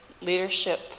leadership